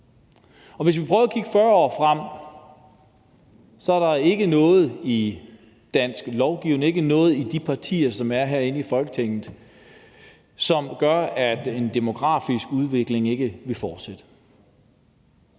Hvis vi prøver at kigge 40 år frem, er der ikke noget i dansk lovgivning og ikke noget i de partier, som er herinde i Folketinget, som gør, at den demografiske udvikling ikke vil fortsætte.